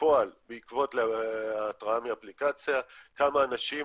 בפועל בעקבות ההתראה מהאפליקציה, כמה אנשים